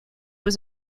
was